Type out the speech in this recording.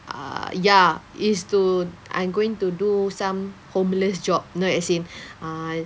ah ya is to I'm going to do some homeless job you know as in err